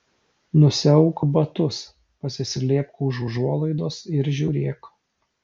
nusiauk batus pasislėpk už užuolaidos ir žiūrėk